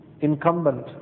incumbent